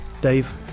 Dave